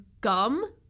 gum